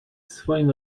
swoim